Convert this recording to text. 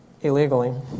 Illegally